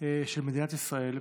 של מדינת ישראל,